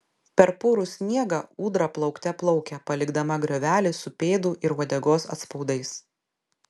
per purų sniegą ūdra plaukte plaukia palikdama griovelį su pėdų ir uodegos atspaudais